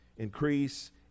Increase